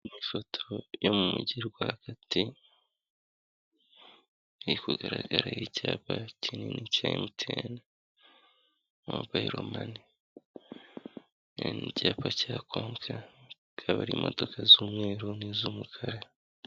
Ifoto yo mu mujyi rwagati iri kugaragaraho icyapa kinini cya MTN mobile money, hari n'icyapa cya Konka, hakaba n'imodoka z'umweru n'iz'umukara.